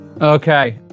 Okay